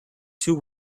two